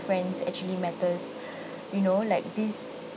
friends actually matters you know like this